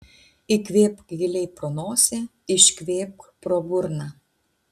įkvėpk giliai pro nosį iškvėpk pro burną